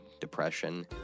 depression